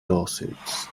lawsuits